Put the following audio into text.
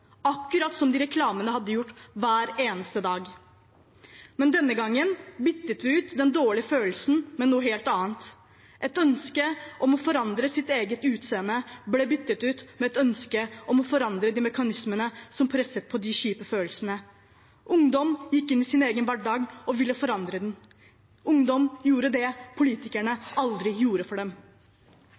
akkurat som de i reklamen hadde gjort hver eneste dag. Men denne gangen byttet vi ut den dårlige følelsen med noe helt annet – et ønske om å forandre sitt eget utseende ble byttet ut med et ønske om å forandre de mekanismene som presset på de kjipe følelsene. Ungdom gikk inn i sin egen hverdag og ville forandre den. Ungdom gjorde det politikerne aldri gjorde for dem.